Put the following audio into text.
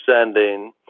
sending